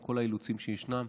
עם כל האילוצים שישנם.